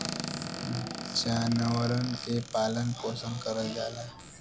जानवरन के पालन पोसन करल जाला